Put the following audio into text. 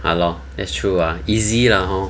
!hannor! that's true ah easy lah hor